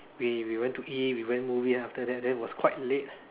we we went to eat we went movie and after that then it was quite late